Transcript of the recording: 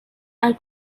are